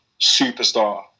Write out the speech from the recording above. superstar